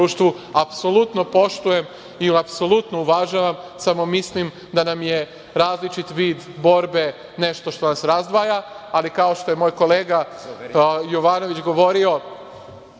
apsolutno poštujem i apsolutno uvažavam, samo mislim da nam je različit vid borbe nešto što nas razdvaja. Ali kao što je moj kolega Jovanović govorio,